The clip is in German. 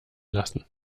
lassen